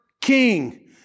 King